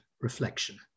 reflection